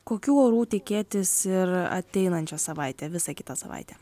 kokių orų tikėtis ir ateinančią savaitę visą kitą savaitę